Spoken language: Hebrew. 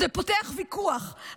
זה פותח ויכוח,